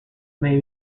may